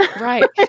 Right